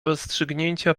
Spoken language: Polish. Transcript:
rozstrzygnięcia